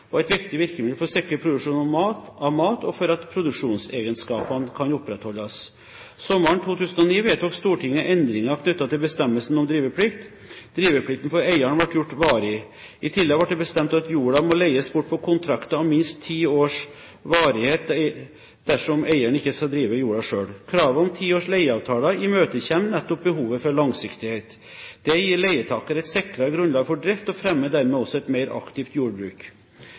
og et viktig virkemiddel for å sikre produksjon av mat og for at produksjonsegenskapene kan opprettholdes. Sommeren 2009 vedtok Stortinget endringer knyttet til bestemmelsene om driveplikt. Driveplikten for eieren ble gjort varig. I tillegg ble det bestemt at jorda må leies bort på kontrakter av minst ti års varighet dersom eieren ikke skal drive jorda selv. Kravet om ti års leieavtaler imøtekommer nettopp behovet for langsiktighet. Det gir leietaker et sikrere grunnlag for drift og fremmer dermed også et mer aktivt jordbruk.